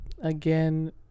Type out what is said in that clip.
again